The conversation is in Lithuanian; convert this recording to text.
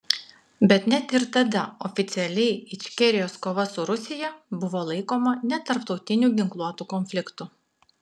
bet net ir tada oficialiai ičkerijos kova su rusija buvo laikoma netarptautiniu ginkluotu konfliktu